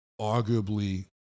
arguably